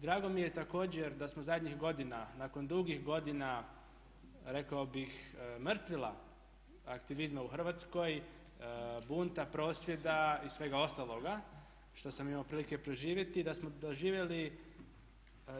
Drago mi je također da smo zadnjih godina nakon dugih godina rekao bih mrtvila aktivizma u Hrvatskoj, bunta, prosvjeda i svega ostaloga što sam imao prilike proživjeti da smo doživjeli